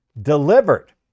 delivered